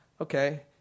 okay